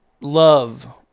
love